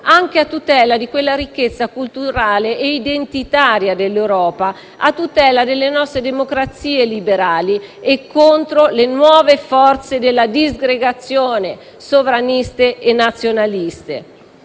anche a tutela di quella ricchezza culturale e identitaria dell'Europa a salvaguardia delle nostre democrazie liberali e contro le nuove forze della disgregazione sovraniste e nazionaliste.